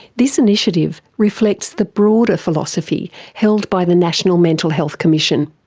this initiative reflects the broader philosophy held by the national mental health commission.